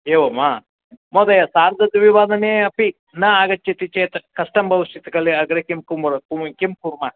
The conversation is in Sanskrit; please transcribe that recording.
एवं वा महोदय सार्धद्विवादने अपि न आगच्छति चेत् कष्टं भविष्यति कले अग्रे किं कु किं कुर्मः